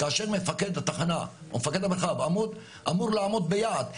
כאשר מפקד התחנה או מפקד המרחב אמור לעמוד ביעד.